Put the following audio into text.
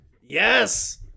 Yes